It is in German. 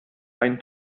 ein